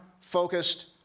focused